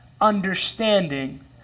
understanding